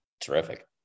terrific